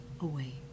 away